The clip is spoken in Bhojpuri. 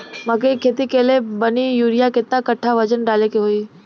मकई के खेती कैले बनी यूरिया केतना कट्ठावजन डाले के होई?